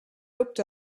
looked